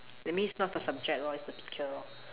that means not the subject lor it's the teacher lor